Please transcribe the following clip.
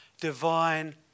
divine